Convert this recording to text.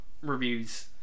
reviews